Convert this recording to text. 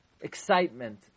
excitement